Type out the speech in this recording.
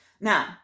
Now